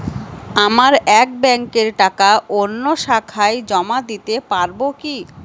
আমার এক ব্যাঙ্কের টাকা অন্য শাখায় জমা দিতে পারব কি?